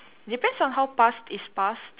depends on how past is past